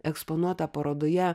eksponuota parodoje